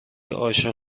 عاشق